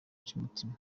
cy’umutima